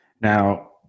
Now